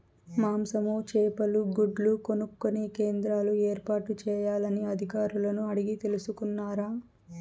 మాంసము, చేపలు, గుడ్లు కొనుక్కొనే కేంద్రాలు ఏర్పాటు చేయాలని అధికారులను అడిగి తెలుసుకున్నారా?